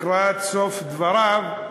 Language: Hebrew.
לקראת סוף דבריו?